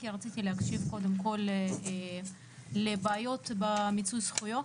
כי רציתי להקשיב קודם כל לבעיות במיצוי זכויות,